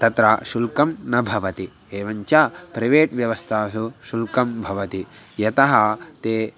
तत्र शुल्कं न भवति एवं च प्रैवेट् व्यवस्थासु शुल्कं भवति यतः ते